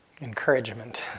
encouragement